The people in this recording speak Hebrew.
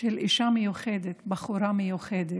של אישה מיוחדת, בחורה מיוחדת,